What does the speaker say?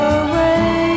away